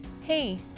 Hey